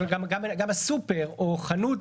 אבל גם הסופר או חנות,